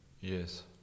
Yes